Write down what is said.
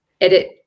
edit